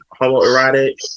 homoerotic